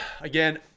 again